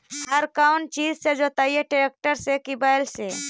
हर कौन चीज से जोतइयै टरेकटर से कि बैल से?